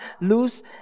lose